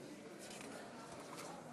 ההצבעה.